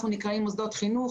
אנחנו נקראים מוסדות חינוך,